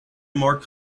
more